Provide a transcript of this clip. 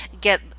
get